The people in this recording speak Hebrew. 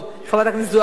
חברת הכנסת זוארץ.